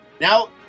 now